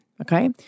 okay